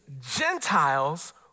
Gentiles